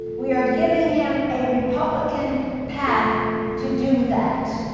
we are giving him a republican path to do that.